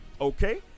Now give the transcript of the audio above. okay